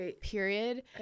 period